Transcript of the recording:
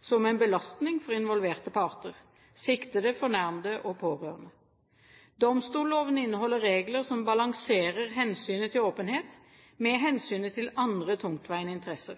som en belastning for involverte parter – siktede, fornærmede og pårørende. Domstolloven inneholder regler som balanserer hensynet til åpenhet med hensynet til andre tungtveiende interesser.